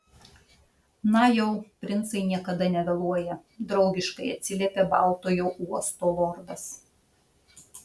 na jau princai niekada nevėluoja draugiškai atsiliepė baltojo uosto lordas